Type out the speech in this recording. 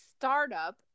Startup